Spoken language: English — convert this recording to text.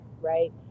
right